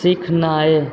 सिखनाइ